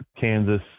Kansas